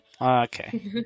Okay